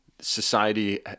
society